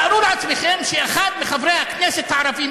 תארו לכם שאחד מחברי הכנסת הערבים